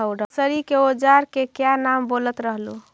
Nursery के ओजार के क्या नाम बोलत रहलू?